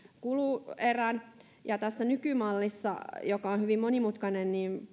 kuluerän tässä nykymallissa joka on hyvin monimutkainen